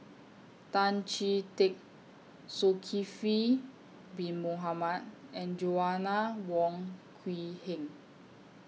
Tan Chee Teck Zulkifli Bin Mohamed and Joanna Wong Quee Heng